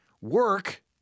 work